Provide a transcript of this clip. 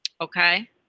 okay